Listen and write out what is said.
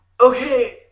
Okay